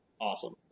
awesome